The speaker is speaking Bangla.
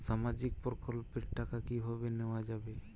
সামাজিক প্রকল্পের টাকা কিভাবে নেওয়া যাবে?